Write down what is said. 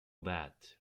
that